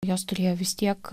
jos turėjo vis tiek